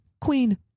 Queen